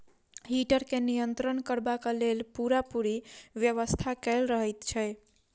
heater के नियंत्रण करबाक लेल पूरापूरी व्यवस्था कयल रहैत छै